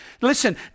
Listen